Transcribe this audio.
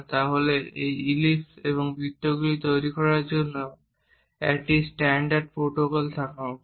তাহলে এই ইলিপ্স এবং বৃত্তগুলি তৈরি করার জন্য একটি স্ট্যান্ডডারড প্রোটোকল থাকা উচিত